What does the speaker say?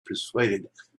persuaded